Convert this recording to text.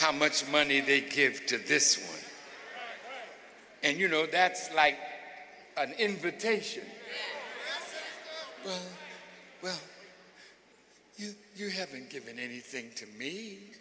how much money they give to this and you know that's like an invitation you haven't given anything to me